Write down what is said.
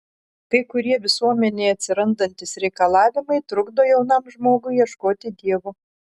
kai kurie visuomenėje atsirandantys reikalavimai trukdo jaunam žmogui ieškoti dievo